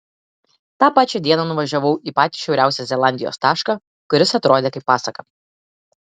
tą pačią dieną nuvažiavau į patį šiauriausią zelandijos tašką kuris atrodė kaip pasaka